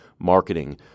marketing